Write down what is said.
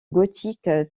gothique